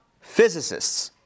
physicists